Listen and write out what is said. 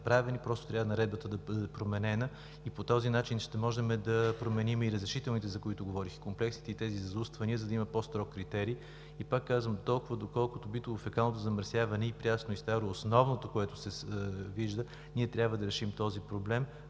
Просто Наредбата трябва да бъде променена и по този начин ще можем да променим и разрешителните, за които говорих, комплексите и тези зауствания, за да има по-строг критерий. Пак казвам, толкова доколкото битово-фекалното замърсяване – и прясно, и старо, основното, което се вижда, е, че ние трябва да решим този проблем.